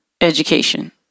education